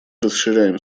расширяем